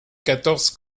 quatorze